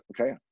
okay